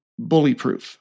bullyproof